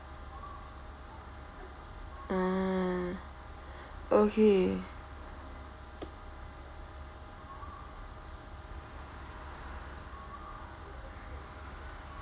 ah okay